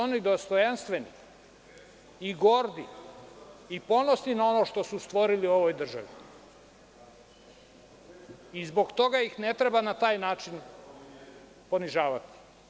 Oni su dostojanstveni i gordi i ponosni na ono što su stvorili u ovoj državi i zbog toga ih ne treba na taj način ponižavati.